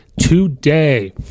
today